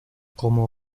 como